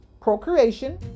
procreation